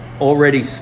already